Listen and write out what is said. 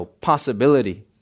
possibility